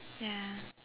ya